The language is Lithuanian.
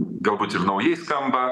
galbūt ir naujai skamba